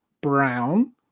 brown